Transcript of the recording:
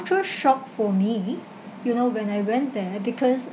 cultural shock for me you know when I went there because